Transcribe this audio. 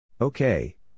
Okay